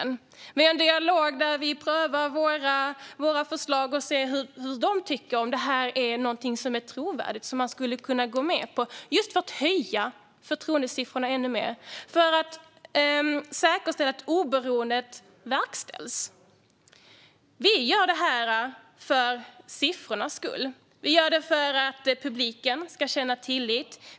I denna dialog prövar vi våra förslag för att se vad bolagen tycker om dem, om förslagen är trovärdiga och om bolagen kan gå med på dem. Detta görs för att höja förtroendesiffrorna ännu mer och för att säkerställa att oberoendet verkställs. Vi gör detta för siffrornas skull. Vi gör det för att publiken ska känna tillit.